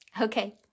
Okay